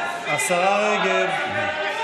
רגב.